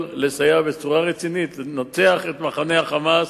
לסייע בצורה רצינית לנצח את מחנה ה"חמאס",